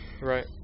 right